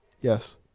Yes